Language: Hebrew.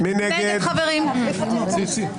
הצבעה לא אושרו.